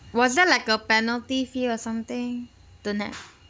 was there like a penalty fee or something don't have